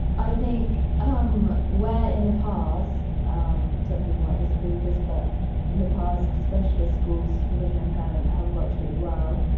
i think um where in the past, um some people might disagree with this, but in the past specialists schools for visual impairment have worked really well,